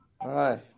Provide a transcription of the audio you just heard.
Hi